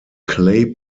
clay